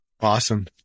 Awesome